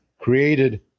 created